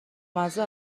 مزه